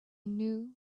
knew